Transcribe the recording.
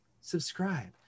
Subscribe